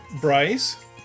Bryce